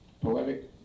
poetic